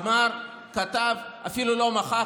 אמר, כתב, אפילו לא מחק.